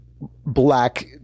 black